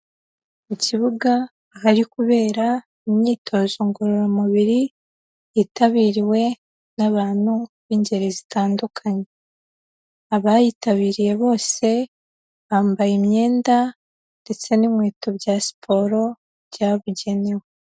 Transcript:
Mu kibuga ahari kubera imyitozo ngororamubiri yitabiriwe n'abantu b'ingeri zitandukanye, abayitabiriye bose bambaye imyenda ndetse n'inkweto bya siporo byabugenewe.